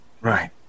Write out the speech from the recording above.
Right